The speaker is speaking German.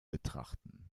betrachten